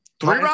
three